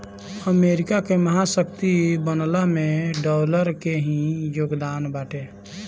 America के महाशक्ति बनला में डॉलर के ही योगदान बाटे